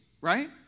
Right